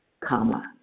comma